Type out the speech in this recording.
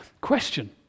question